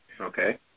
Okay